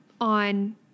on